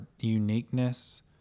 uniqueness